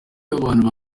abantu